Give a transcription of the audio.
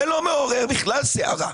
זה לא מעורר בכלל סערה.